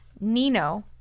Nino